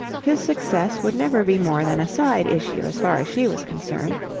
his success would never be more than a side-issue as far as she was concerned.